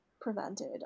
prevented